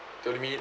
telling me